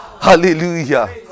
Hallelujah